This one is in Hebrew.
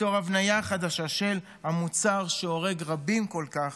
ליצור הבניה חדשה של המוצר שהורג רבים כל כך